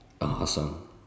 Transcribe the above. awesome